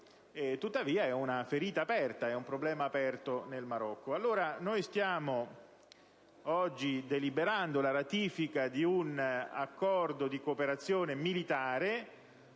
Tuttavia, è una ferita aperta, è un problema aperto nel Marocco.